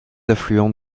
affluent